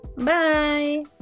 Bye